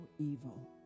evil